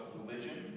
religion